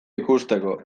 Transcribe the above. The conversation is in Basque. ikusteko